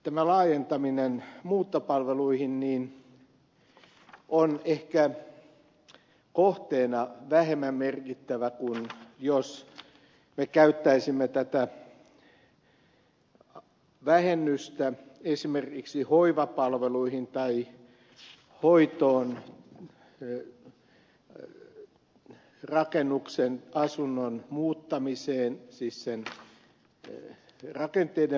tämä laajentaminen muuttopalveluihin on ehkä kohteena vähemmän merkittävä kuin jos me käyttäisimme tätä vähennystä esimerkiksi hoivapalveluihin tai hoitoon rakennuksen tai asunnon muuttamiseen siis sen rakenteiden muuttamiseen